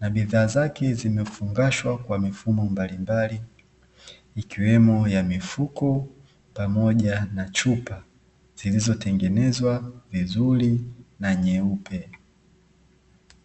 na bidhaa zake zimefungashwa kwa mifumo mbalimbali ikiwe za mifuko pamoja na chupa zilizotengezwa vizuri na nyeupe.